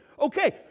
Okay